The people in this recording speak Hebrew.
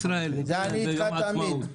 פרס ישראל ביום העצמאות.